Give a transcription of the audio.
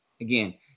again